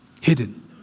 hidden